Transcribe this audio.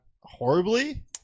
horribly